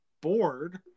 bored